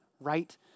right